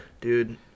dude